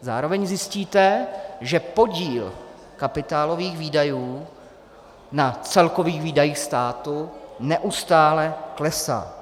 Zároveň zjistíte, že podíl kapitálových výdajů na celkových výdajích státu neustále klesá.